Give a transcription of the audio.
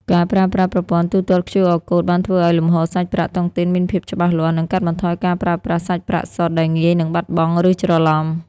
ការប្រើប្រាស់ប្រព័ន្ធទូទាត់ QR Code បានធ្វើឱ្យលំហូរសាច់ប្រាក់តុងទីនមានភាពច្បាស់លាស់ និងកាត់បន្ថយការប្រើប្រាស់សាច់ប្រាក់សុទ្ធដែលងាយនឹងបាត់បង់ ឬច្រឡំ។